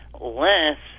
less